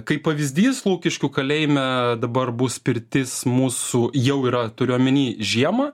kaip pavyzdys lukiškių kalėjime dabar bus pirtis mūsų jau yra turiu omeny žiemą